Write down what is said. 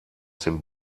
dem